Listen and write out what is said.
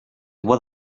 what